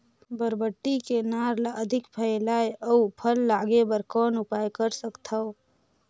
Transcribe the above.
बरबट्टी के नार ल अधिक फैलाय अउ फल लागे बर कौन उपाय कर सकथव?